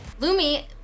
Lumi